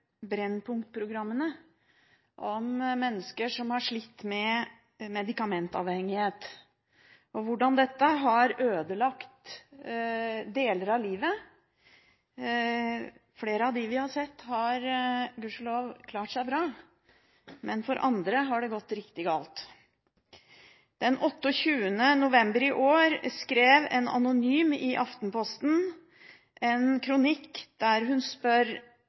Brennpunkt-programmene om mennesker som har slitt med medikamentavhengighet og hvordan dette har ødelagt deler av livet. Flere av dem vi har sett, har gudskjelov klart seg bra, men for andre har det gått riktig galt. Den 29. november i år skrev en anonym i Aftenposten en kronikk der hun spør: